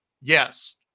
Yes